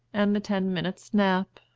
and the ten minutes' nap,